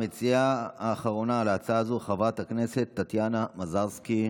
המציעה האחרונה להצעה הזאת היא חברת הכנסת טטיאנה מזרסקי.